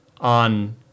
on